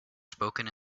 spoken